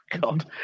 God